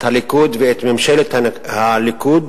את הליכוד ואת ממשלת הליכוד